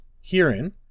Herein